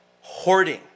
hoarding